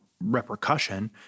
repercussion